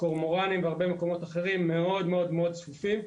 קורמורנים בהרבה מקומות אחרים מאוד צפופים.